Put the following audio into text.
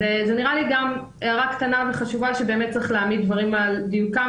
זו נראית לי הערה קטנה וחשובה שבאמת צריך להעמיד דברים על דיוקם